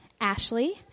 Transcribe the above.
Ashley